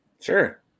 Sure